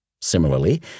Similarly